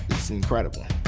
it's incredible.